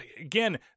again